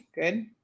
good